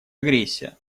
агрессия